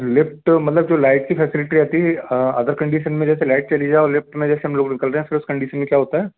lift मतलब जो light की फैसिलिटी आती है अदर कंडीशन में जैसे लाइट चली जाए और लिफ़्ट में जैसे हम लोग निकल रहें उस कंडीसन में क्या होता है